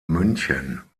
münchen